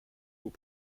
aux